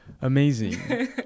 Amazing